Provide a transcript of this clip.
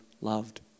loved